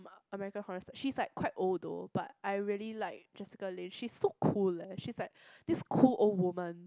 America horror story she's like quite old though but I really like Jessica-Lange she's so cool leh she's like this cool old woman